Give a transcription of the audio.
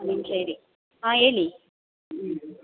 one ನಿಮಿಷ ಇರಿ ಹಾಂ ಹೇಳಿ ಹ್ಞೂ